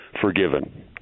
forgiven